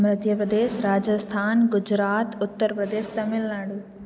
Madhya Pradesh Rajasthan Gujarat Uttar Pradesh Tamil Nadu